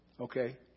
Okay